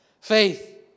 faith